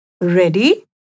ready